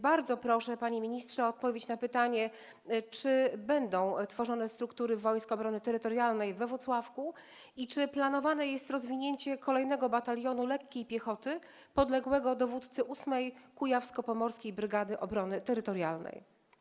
Bardzo proszę, panie ministrze, o odpowiedź na pytanie, czy będą tworzone struktury Wojsk Obrony Terytorialnej we Włocławku i czy planowane jest utworzenie kolejnego batalionu lekkiej piechoty, podległego dowódcy 8. Kujawsko-Pomorskiej Brygady Obrony Terytorialnej.